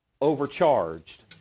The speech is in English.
overcharged